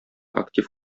актив